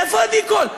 איפה עדי קול?